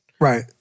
Right